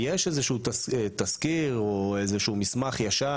כי יש איזשהו תסקיר או איזה מסמך ישן